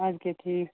اَدٕ کیٛاہ ٹھیٖک